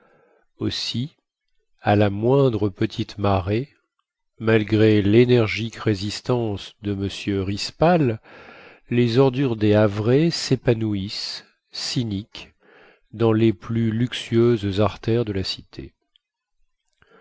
aussi à la moindre petite marée malgré lénergique résistance de m rispal les ordures des havrais sépanouissent cyniques dans les plus luxueuses artères de la cité